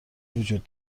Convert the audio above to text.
وجود